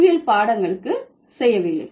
அறிவியல் பாடங்களுக்கு செய்யவில்லை